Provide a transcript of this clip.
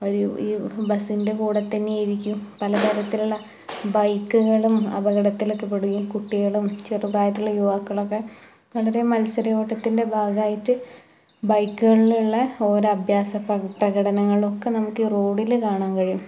ഒരു ഈ ബസിന്റെ കൂടെ തന്നെയായിരിക്കും പല തരത്തിലുള്ള ബൈക്കുകളും അപകടത്തിലൊക്കെ പെടുകയും കുട്ടികളും ചെറുപ്രായത്തിലുള്ള യുവാക്കളൊക്കെ വളരെ മത്സര ഓട്ടത്തിൻ്റെ ഭാഗമായിട്ട് ബൈക്കുകളില് ഉള്ള ഓരോ അഭ്യാസ പ പ്രകടനങ്ങൾ ഒക്കെ നമുക്ക് ഈ റോഡില് കാണാൻ കഴിയും